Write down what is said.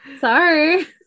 sorry